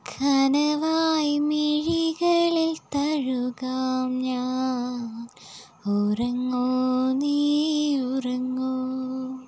കനവായ് മിഴികളിൽ തഴുകാം ഞാൻ ഉറങ്ങൂ നീ ഉറങ്ങൂ